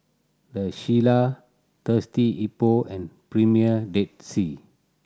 The Shilla Thirsty Hippo and Premier Dead Sea